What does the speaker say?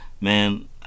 man